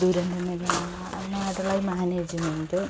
ദുരന്തനിവാരണത്തിനായിട്ടുള്ള ഒരു മാനേജ്മെൻ്റ്